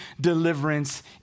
deliverance